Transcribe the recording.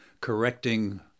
correcting